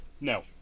No